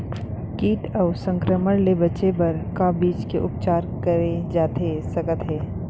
किट अऊ संक्रमण ले बचे बर का बीज के उपचार करे जाथे सकत हे?